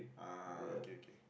ah okay okay